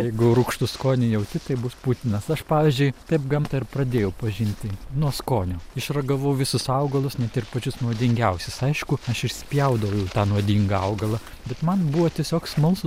jeigu rūgštų skonį jauti tai bus putinas aš pavyzdžiui taip gamtą ir pradėjau pažinti nuo skonio išragavau visus augalus net ir pačius nuodingiausius aišku aš išspjaudavau jau tą nuodingą augalą bet man buvo tiesiog smalsu